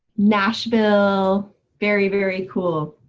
nashville very, very cool.